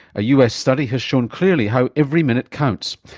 a us study has shown clearly how every minute counts.